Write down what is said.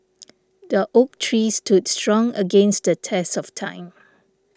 the oak tree stood strong against the test of time